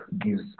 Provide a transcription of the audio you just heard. gives